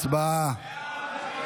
הצבעה.